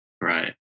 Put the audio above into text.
Right